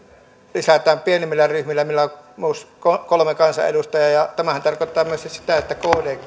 lisätään pienimmillä ryhmillä millä on plus kolme kansanedustajaa tämähän tarkoittaa ilmeisesti sitä että kdlläkin